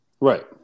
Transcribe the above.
Right